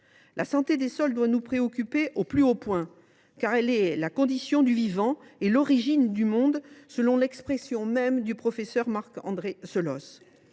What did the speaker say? La santé des sols doit nous préoccuper au plus haut point, car elle est la condition du vivant et « l’origine du monde », selon l’expression du professeur Marc André Selosse.